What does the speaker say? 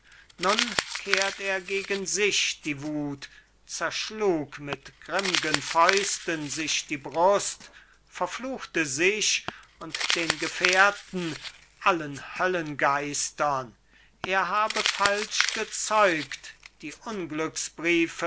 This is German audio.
nun kehrt er gegen sich die wut zerschlug mit grimm'gen fäusten sich die brust verfluchte sich und den gefährten allen höllengeistern er habe falsch gezeugt die